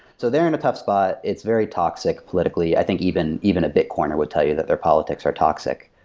so they're in a tough spot. it's very toxic, politically. i think even even a bitcoiner would tell you that their politics are toxic.